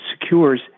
secures